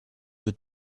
wird